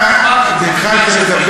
אתה התחלת לדבר